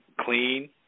Clean